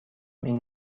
این